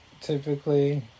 typically